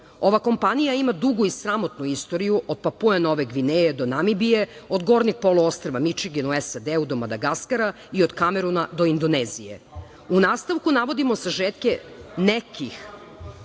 Ova kompanija ima dugu i sramotnu istoriju od Papue Nove Gvineje do Namibije, od gornjeg poluostrva Mičigen u SAD do Madagaskara i od Kameruna do Indonezije.U nastavku navodim sažetke nekih